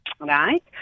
Right